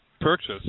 purchase